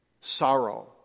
sorrow